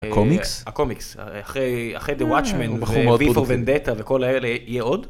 קומיקס קומיקס אחרי אחרי דה וואטשמן ווי פור בנדטה וכל האלה יהיה עוד.